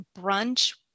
brunch